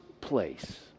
place